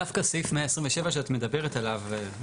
דווקא סעיף 127 שאת מדברת עליו,